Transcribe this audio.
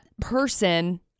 person